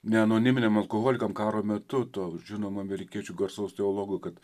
ne anoniminiam alkoholikam karo metu to žinomo amerikiečių garsaus teologo kad